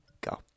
go